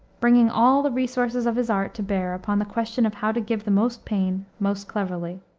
bringing all the resources of his art to bear upon the question of how to give the most pain most cleverly.